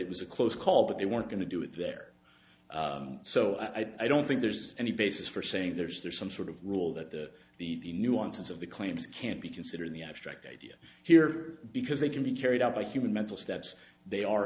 it was a close call but they weren't going to do it there so i don't think there's any basis for saying there's there some sort of rule that the nuances of the claims can't be considered in the abstract idea here because they can be carried out by human mental steps they are